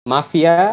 Mafia